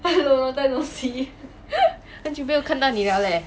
很久没有看到你了 leh